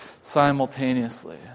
simultaneously